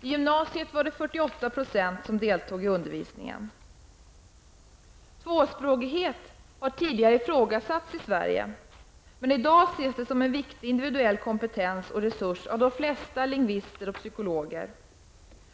I Tvåspråkighet har i Sverige tidigare ifrågasatts, men i dag ses det av de flesta lingivistiker och psykologer som en viktig individuell kompetens och resurs.